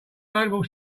valuable